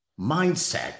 mindset